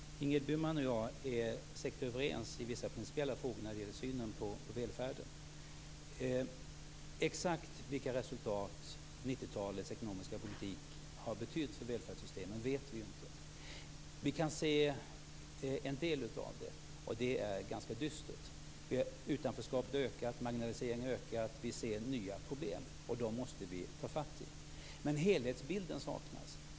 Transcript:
Fru talman! Ingrid Burman och jag är säkert överens i vissa principiella frågor när det gäller synen på välfärden. Exakt vilka resultat 90-talets ekonomiska politik har fått för välfärdssystemen vet vi inte. Vi kan se en del av det, och det är ganska dystert. Utanförskapet har ökat. Marginaliseringen har ökat. Vi ser nya problem, och de måste vi ta fatt i. Men helhetsbilden saknas.